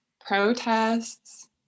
protests